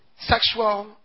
Sexual